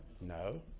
No